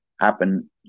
happen